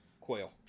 quail